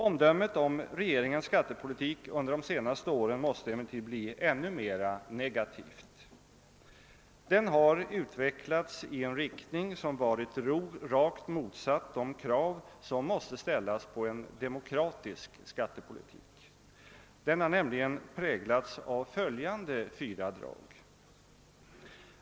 Omdömet om regeringens skattepolitik under de senaste åren måste emellertid bli ännu mer negativt. Den har utvecklats i en riktning som varit rakt motsatt de krav som måste ställas på en demokratisk skattepolitik. Den har nämligen präglats av följande fyra drag.